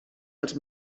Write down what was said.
els